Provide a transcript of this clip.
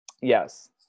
Yes